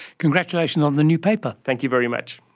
congratulations on the new paper. thank you very much.